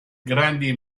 grandi